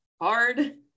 hard